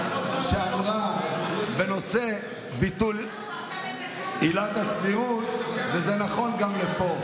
שאמרה בנושא ביטול עילת הסבירות וזה נכון גם לפה: